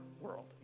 world